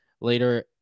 Later